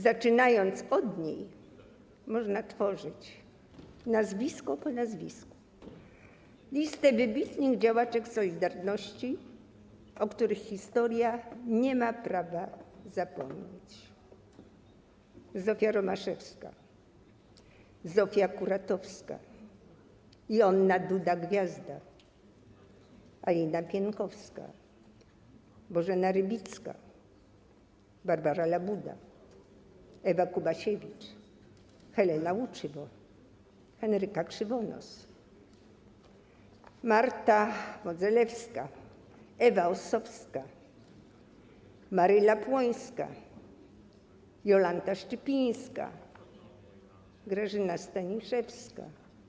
Zaczynając od niej, można tworzyć, nazwisko po nazwisku, listę wybitnych działaczek 'Solidarności', o których historia nie ma prawa zapomnieć: Zofia Romaszewska, Zofia Kuratowska, Joanna Duda-Gwiazda, Alina Pienkowska, Bożena Rybicka, Barbara Labuda, Ewa Kubasiewicz, Helena Łuczywo, Henryka Krzywonos, Marta Modzelewska, Ewa Ossowska, Maryla Płońska, Jolanta Szczypińska, Grażyna Staniszewska.